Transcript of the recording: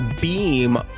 beam